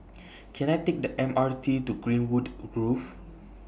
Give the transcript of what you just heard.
Can I Take The M R T to Greenwood Grove